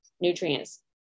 nutrients